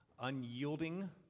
unyielding